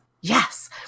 Yes